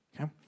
okay